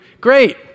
Great